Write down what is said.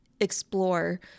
explore